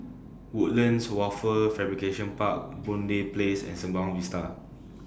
Woodlands Wafer Fabrication Park Boon Lay Place and Sembawang Vista